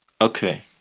Okay